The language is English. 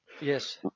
Yes